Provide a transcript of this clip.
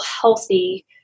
healthy